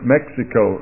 Mexico